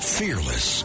fearless